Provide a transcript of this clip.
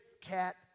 cat